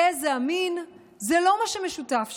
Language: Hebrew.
גזע, מין, זה לא מה שמשותף שם,